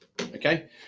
Okay